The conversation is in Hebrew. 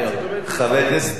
חבר הכנסת נסים זאב.